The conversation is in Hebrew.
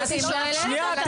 שנייה,